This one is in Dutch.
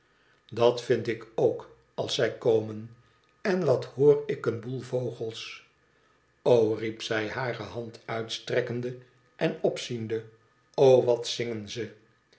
dat vind ik ook als zij komen en wat hoor ik een boel vogels o riep zij hare hand uitstrekkende en opziende i o wat zingen ze